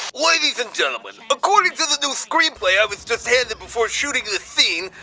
ladies and gentleman, according to the new screenplay i was just handed before shooting this scene,